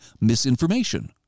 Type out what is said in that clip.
misinformation